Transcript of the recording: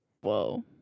Whoa